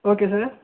okay sir